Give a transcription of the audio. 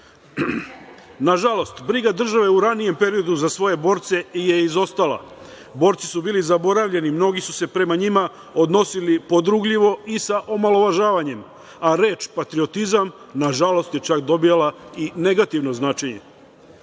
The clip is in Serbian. Nažalost, briga države, u ranijem periodu za svoje borce je izostala, borci su bili zaboravljeni, mnogi su se prema njima odnosili podrugljivo i sa omalovažavanjem, a reč patriotizam, nažalost je čak dobijala i negativno značenje.